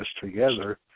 together